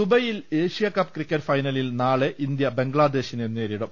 ദുബായിൽ Asia Cup cricket ഫൈനലിൽ നാളെ ഇന്ത്യ ബംഗ്ലാദേശിനെ നേരിടും